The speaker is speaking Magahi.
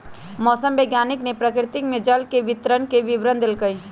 मौसम वैज्ञानिक ने प्रकृति में जल के वितरण के विवरण देल कई